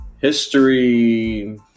history